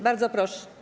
Bardzo proszę.